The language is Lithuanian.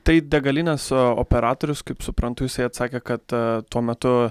tai degalinės operatorius kaip suprantu jisai atsakė kad tuo metu